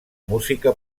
música